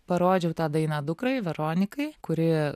parodžiau tą dainą dukrai veronikai kuri